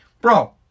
Bro